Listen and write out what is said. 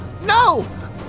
No